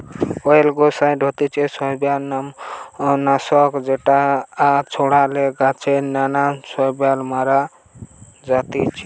অয়েলগেসাইড হতিছে শৈবাল নাশক যেটা ছড়ালে গাছে নানান শৈবাল মারা জাতিছে